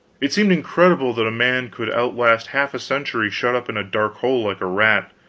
it seemed incredible that a man could outlast half a century shut up in a dark hole like a rat,